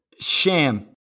Sham